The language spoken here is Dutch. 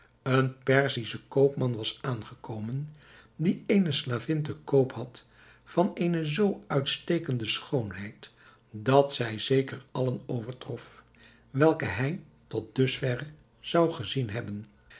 een perzische koopman was aangekomen die eene slavin te koop had van eene zoo uitstekende schoonheid dat zij zeker allen overtrof welke hij tot dusverre zou gezien hebben